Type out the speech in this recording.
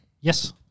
Yes